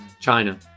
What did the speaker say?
China